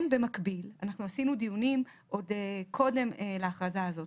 כן במקביל אנחנו עשינו דיונים עוד קודם לאכרזה הזאת.